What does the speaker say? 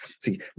See